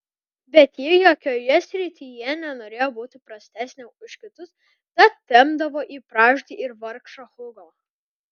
bet ji jokioje srityje nenorėjo būti prastesnė už kitus tad tempdavo į pražūtį ir vargšą hugo